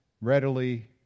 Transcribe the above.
readily